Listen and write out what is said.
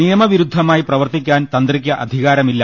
നിയമവിരുദ്ധമായി പ്രവർത്തിക്കാൻ തന്ത്രിക്ക് അധികാരമില്ല